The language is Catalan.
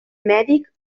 mèdic